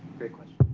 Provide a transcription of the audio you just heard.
great question.